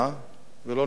אין שום יסוד לדיווח.